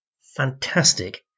fantastic